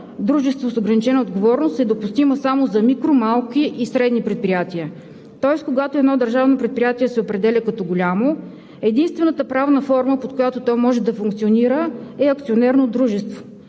„дружество с ограничена отговорност“ е допустима само за микро, малки и средни предприятия. Тоест, когато едно държавно предприятие се определя като голямо, единствената правна форма, под която то може да функционира, е акционерно дружество.